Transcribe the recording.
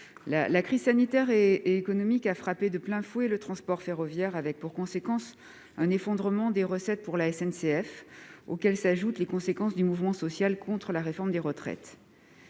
La crise sanitaire et économique a frappé de plein fouet le transport ferroviaire, avec pour conséquence un effondrement des recettes pour la SNCF ; s'y ajoutent les conséquences du mouvement social contre la réforme des retraites.